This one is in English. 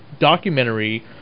documentary